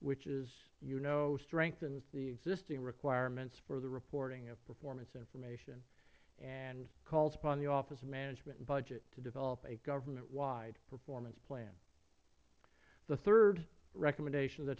which as you know strengthens the existing requirements for the reporting of performance information and calls upon the office of management and budget to develop a government wide performance plan the third recommendation